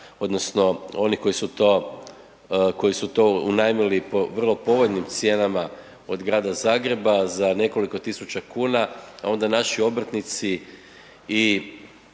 odnosno oni koji su to unajmili po vrlo povoljnim cijenama od Grada Zagreba, za nekoliko tisuća kuna onda naši obrtnici i